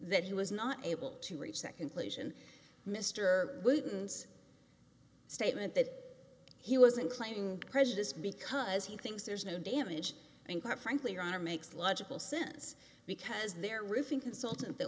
that he was not able to reach that conclusion mr wooten's statement that he wasn't claiming prejudice because he thinks there's no damage and quite frankly your honor makes logical sense because they're roofing consultant that